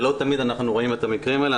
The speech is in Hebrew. ולא תמיד אנחנו רואים את המקרים האלה.